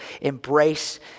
embrace